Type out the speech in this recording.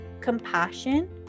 compassion